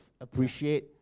appreciate